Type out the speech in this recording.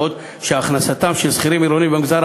בעוד הכנסתם של שכירים עירונים במגזר